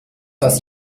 was